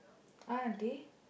ah auntie